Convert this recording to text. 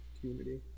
community